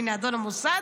הינה אדון המוסד,